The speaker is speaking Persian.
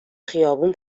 خیابون